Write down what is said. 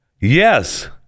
Yes